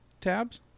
tabs